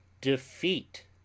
defeat